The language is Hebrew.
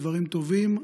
דברים טובים,